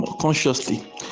consciously